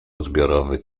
zbiorowy